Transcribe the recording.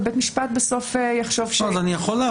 ובית משפט בסוף יחשוב שלא.